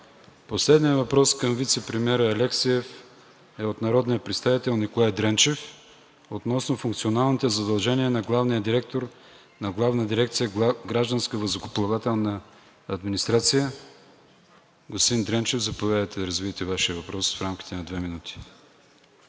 Последният въпрос към вицепремиера Алексиев е от народния представител Николай Дренчев относно функционалните задължения на главния директор на Главна дирекция „Гражданска въздухоплавателна администрация“. Господин Дренчев, заповядайте да развитие Вашия въпрос в рамките на две минути.